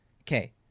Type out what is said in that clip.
Okay